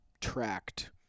tracked